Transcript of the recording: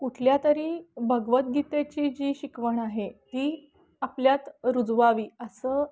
कुठल्या तरी भगवद्गीतेची जी शिकवण आहे ती आपल्यात रुजवावी असं